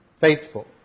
faithful